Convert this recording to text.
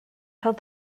held